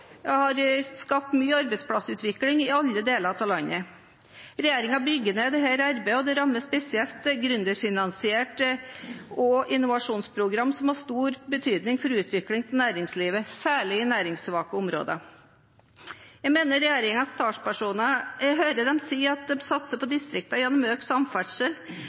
og har skapt mye arbeidsplassutvikling i alle deler av landet. Regjeringen bygger ned dette arbeidet, og det rammer spesielt gründerfinansiering og innovasjonsprogram som har stor betydning for utvikling av næringslivet, særlig i næringssvake områder. Jeg hører regjeringens talspersoner si at de satser på distriktene gjennom økt samferdsel,